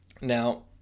Now